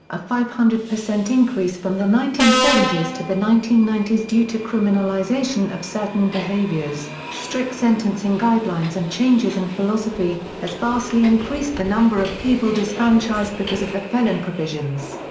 a five hundred percent increase from the nineteen seventy s to the nineteen ninety s due to criminalization of certain behaviors, strict sentencing guidelines and changes in philosophy, has vastly increased the number of people disfranchised because of the felon provisions.